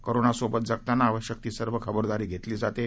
कोरोनासोबत जगताना आवश्यक ती सर्व खबरदारी घेतली जाते